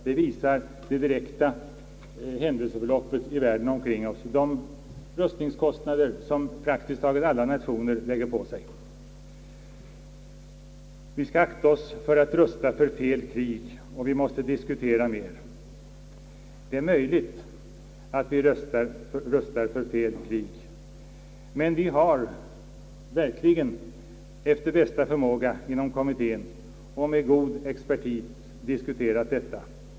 Det visar händelseförloppet i världen omkring oss och de rustningskostnader som praktiskt taget alla na: tioner lägger på sig. »Vi skall akta oss för att rusta för fel krig och vi måste diskutera mer.« Det är ju alltid möjligt att vi rustar för fel krig, men vi har verkligen efter bästa förmåga inom kommittén och med god expertis försökt undvika detta.